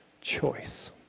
choice